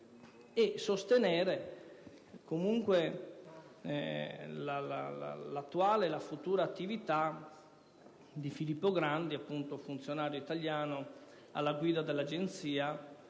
e sostenere comunque l'attuale e la futura attività di Filippo Grandi, funzionario italiano alla guida dell'Agenzia